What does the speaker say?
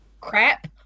crap